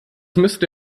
müsste